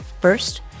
First